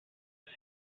its